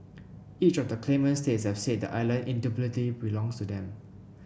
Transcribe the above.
each of the claimant states have said the island indubitably belongs to them